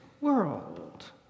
world